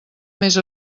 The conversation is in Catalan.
més